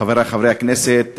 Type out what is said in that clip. חברי חברי הכנסת,